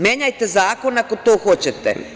Menjajte zakon ako to hoćete.